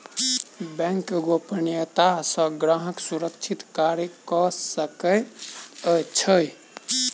bank गोपनियता सॅ ग्राहक सुरक्षित कार्य कअ सकै छै